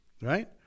Right